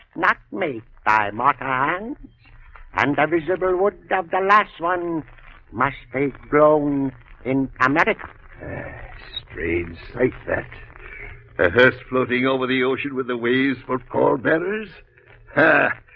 knocked me by martin and and the visible wood of the last one must be grown in america strange like that a hearse floating over the ocean with the waves for corps bearers ha